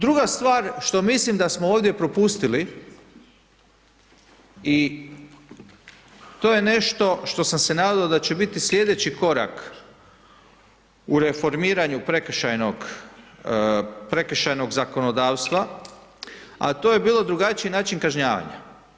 Druga stvar što mislim da smo ovdje propustili i to je nešto što sam se nadao da će biti sljedeći korak u reformiranju prekršajnog zakonodavstva, a to je bilo drugačiji način kažnjavanja.